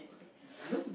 to be